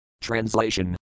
Translation